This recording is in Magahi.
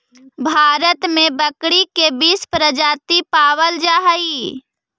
भारत में बकरी के बीस प्रजाति पावल जा हइ